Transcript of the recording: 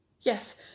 Yes